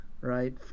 right